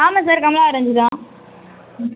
ஆமாம் சார் கமலா ஆரஞ்சு தான் ம்